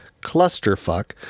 clusterfuck